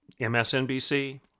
MSNBC